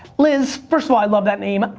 liz, first of all i love that name,